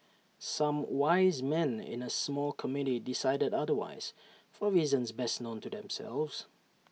some wise men in A small committee decided otherwise for reasons best known to themselves